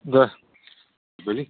दे जोबबायलै